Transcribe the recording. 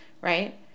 right